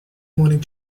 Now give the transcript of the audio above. morning